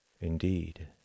Indeed